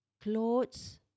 clothes